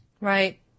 Right